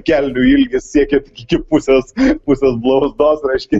kelnių ilgis siekia iki pusės pusės blauzdos reiškia